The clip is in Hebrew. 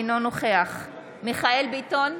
אינו נוכח מיכאל ביטון,